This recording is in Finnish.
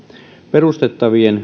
perustettavien